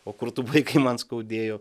o kur tu buvai kai man skaudėjo